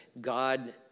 God